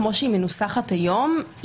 כמו שהיא מנוסחת היום,